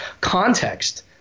context –